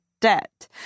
debt